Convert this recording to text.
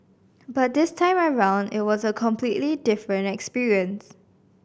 but this time around it was a completely different experience